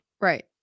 right